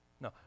No